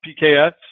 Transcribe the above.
Pks